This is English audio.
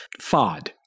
FOD